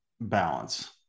balance